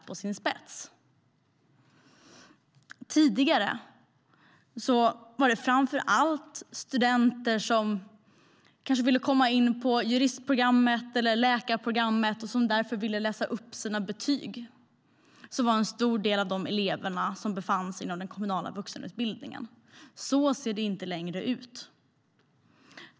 Tidigare var det framför allt studenter som kanske ville läsa upp sina betyg för att kunna komma in på juristprogrammet eller på läkarprogrammet som utgjorde en stor del av de elever som befann sig inom den kommunala vuxenutbildningen. Så ser det inte längre ut.